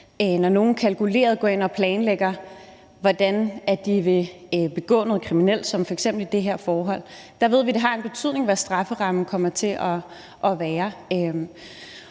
når nogen kalkuleret går ind og planlægger, hvordan de vil begå noget kriminelt som f.eks. i det her forhold. Der ved vi, at det har en betydning, hvad strafferammen kommer til at være.